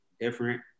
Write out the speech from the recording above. different